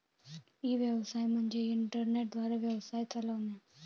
E व्यवसाय म्हणजे internet द्वारे व्यवसाय चालवणे